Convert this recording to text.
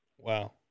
Wow